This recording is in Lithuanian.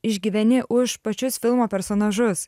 išgyveni už pačius filmo personažus